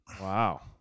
wow